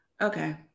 okay